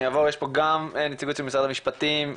יש כאן גם נציגות של משרד המשפטים,